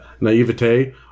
naivete